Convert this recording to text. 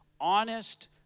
honest